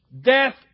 death